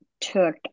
took